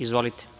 Izvolite.